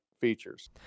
features